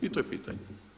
I to je pitanje.